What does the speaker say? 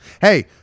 Hey